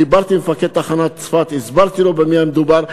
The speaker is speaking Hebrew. דיברתי עם מפקד תחנת צפת, הסברתי לו במי מדובר.